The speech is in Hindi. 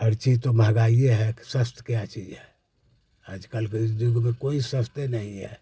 हर चीज़ तो महँगी ही है सस्ती क्या चीज़ है आज कल के इस यूग में कोई सस्ता नहीं है